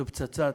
זאת פצצת